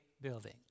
Building